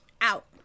out